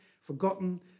forgotten